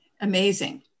amazing